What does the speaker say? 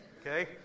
okay